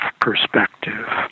perspective